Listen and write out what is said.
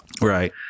Right